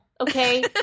okay